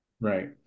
right